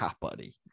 buddy